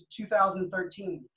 2013